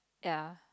ya